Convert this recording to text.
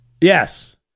Yes